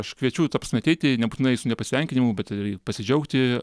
aš kviečiu ta prasme ateiti nebūtinai su nepasitenkinimu bet ir pasidžiaugti